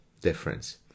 difference